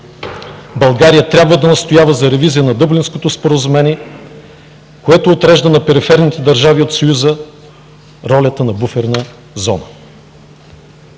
България трябва да отстоява за ревизия на Дъблинското споразумение, което отрежда на периферните държави от Съюза ролята на буферна зона.